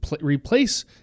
replace